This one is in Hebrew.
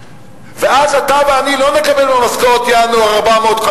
ואז אתה ואני לא נקבל במשכורת ינואר 400 500